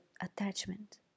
attachment